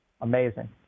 amazing